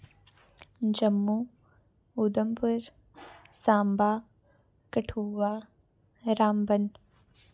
Jammu Udhampur Samba Kathua Ramban